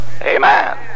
Amen